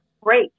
great